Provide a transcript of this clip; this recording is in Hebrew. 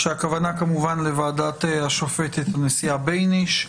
כשהכוונה כמובן לוועדת השופטת, הנשיאה בייניש.